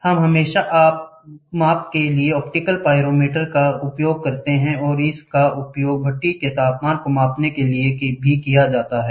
हम हमेशा माप के लिए ऑप्टिकल पाइरोमीटर का उपयोग करते थे और इसका उपयोग भट्ठी के तापमान को मापने के लिए किया जाता है